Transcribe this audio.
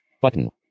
button